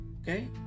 okay